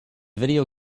video